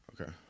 Okay